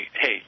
hey